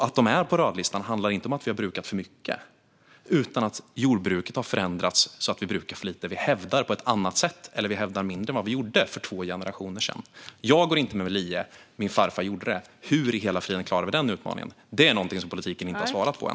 Att de är på rödlistan handlar inte om att vi har brukat för mycket utan om att jordbruket har förändrats så att vi brukar för lite. Vi hävdar på ett annat sätt, eller vi hävdar mindre än vad vi gjorde för två generationer sedan. Jag går inte med lie, men min farfar gjorde det. Hur i hela friden klarar vi den utmaningen? Det är någonting som politiken inte har svarat på än.